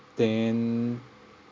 then